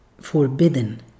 forbidden